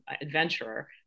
adventurer